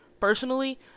personally